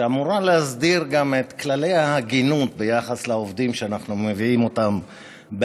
שאמורה להסדיר גם את כללי ההגינות ביחס לעובדים שאנחנו מביאים בהמוניהם.